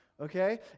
Okay